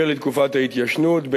אשר לתקופת ההתיישנות,